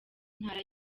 ntara